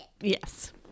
yes